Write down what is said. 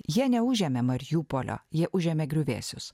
jie neužėmė mariupolio jie užėmė griuvėsius